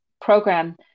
program